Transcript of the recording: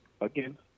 again